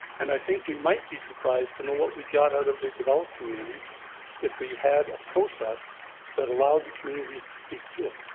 and i think we might be surprised to know what we got out of the developed communities if we had a process that allowed the communities to speak to us.